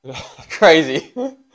Crazy